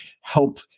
help